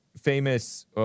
famous